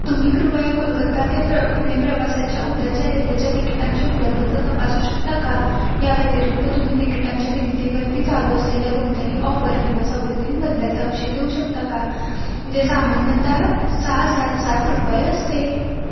तुम्ही कृपया कोलकत्ता ते प्र पुणे प्रवासाच्या उद्याच्या रेल्वेच्या तिकिटांची उपलब्धता तपासू शकता का या व्यतिरिक्त तुम्ही तिकिटांच्या किमतीवरती चालू असलेल्या कोणत्याही ऑफर किंवा सवलतींबद्दल तपशील देऊ शकता का जे सामान्यतः सहा सात सात रुपये असते